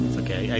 okay